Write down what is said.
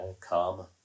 karma